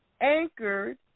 anchored